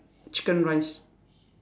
chicken rice